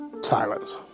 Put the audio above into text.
silence